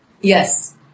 yes